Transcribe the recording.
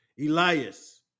Elias